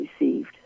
received